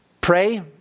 pray